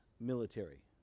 military